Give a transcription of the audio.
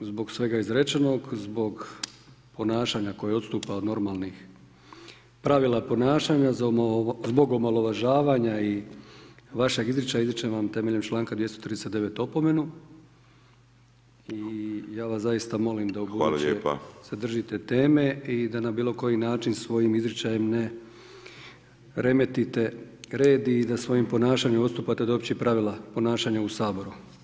Zbog svega izrečenog, zbog ponašanja koje odstupa od normalnih pravila ponašanja, zbog omalovažavanja i vašeg izričaja izričem vam temeljem članka 239. opomenu i ja vas zaista molim da ubuduće se držite teme i da na bilo koji način svojih izričajem ne remetite red i da svojim ponašanjem odstupate od općih pravila ponašanja u Saboru.